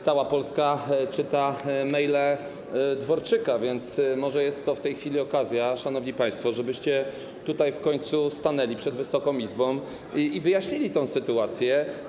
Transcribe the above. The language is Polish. Cała Polska czyta maile Dworczyka, więc może jest to w tej chwili okazja, szanowni państwo, żebyście w końcu stanęli przed Wysoką Izbą i wyjaśnili tę sytuację.